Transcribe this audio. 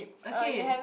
okay